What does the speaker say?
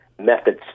methods